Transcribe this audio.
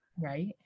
Right